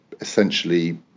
essentially